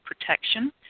protection